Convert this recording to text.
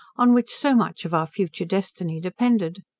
on which so much of our future destiny depended.